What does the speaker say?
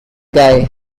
guy